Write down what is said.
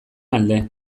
alde